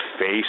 face